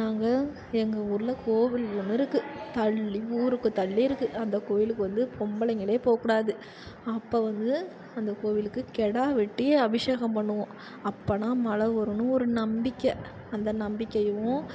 நாங்கள் எங்கள் ஊரில் கோவில் ஒன்று இருக்கு தள்ளி ஊருக்கு தள்ளி இருக்கு அந்த கோயிலுக்கு வந்து பொம்பளைங்களே போகக்கூடாது அப்போ வந்து அந்த கோயிலுக்கு கெடா வெட்டி அபிஷேகம் பண்ணுவோம் அப்பன்னா மழ வருன்னு ஒரு நம்பிக்கை அந்த நம்பிக்கையும்